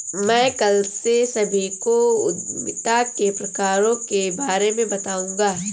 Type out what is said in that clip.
मैं कल से सभी को उद्यमिता के प्रकारों के बारे में बताऊँगा